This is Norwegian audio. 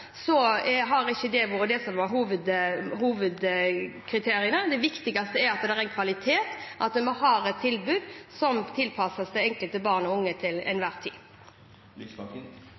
så har ikke det vært hovedkriteriet. Det viktigste er at det er kvalitet, at vi har et tilbud som tilpasses det enkelte barn og unge til